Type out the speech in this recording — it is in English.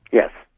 yes.